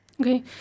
okay